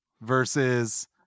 versus